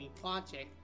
project